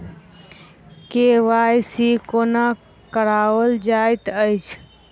KYC कोना कराओल जाइत अछि?